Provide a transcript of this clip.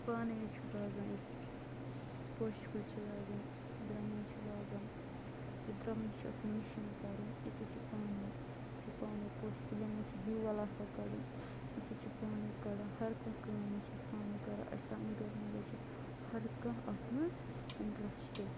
پانَے حظ چھِ لاگان أسۍ پوشہِ کُلۍ چھِ لاگان درٛمُن چھِ لاگان یہِ درٛمنِس چھِ آسان مِشیٖن کَرٕنۍ أسی حظ چھِ پانَے یُتھٕے پانَے پوشہٕ کُلٮ۪ن منٛز چھِ بیول آسان کَڑُن أسۍ حظ چھِ پانَے کڑان ہر کانٛہہ کٲم حظ چھِ أسۍ پانَے کران أسۍ سانہِ گَرِ منٛز حظ چھِ ہر کانٛہہ اَتھ منٛز اِنٹَرشٹ